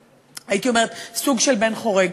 הייתי אומרת סוג של בן חורג,